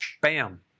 Bam